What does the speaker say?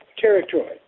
territory